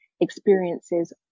experiences